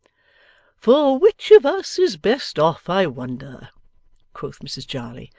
for which of us is best off, i wonder quoth mrs jarley,